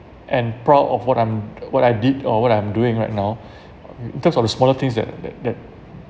and proud of what I'm what I did or what I'm doing right now in terms of the smaller things that that that